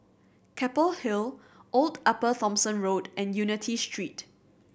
Keppel Hill Old Upper Thomson Road and Unity Street